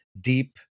Deep